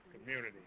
community